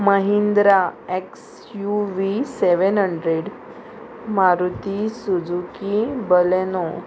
Mahindra X U V seven hundred Maruti Suzuki Baleno